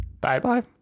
Bye-bye